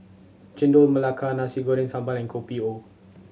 Chendol Melaka Nasi Goreng Sambal and Kopi O